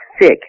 sick